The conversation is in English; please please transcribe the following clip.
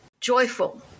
joyful